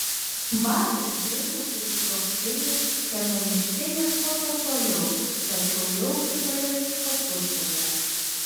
vakar dingusių sutuoktinių šiame miške ieškota toliau tačiau jau kitoje miško pusėje